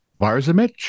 Varzimich